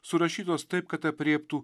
surašytos taip kad aprėptų